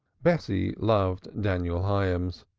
bessie loved daniel hyams,